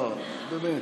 לא, באמת.